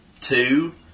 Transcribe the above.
two